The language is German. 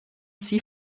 sie